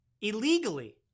illegally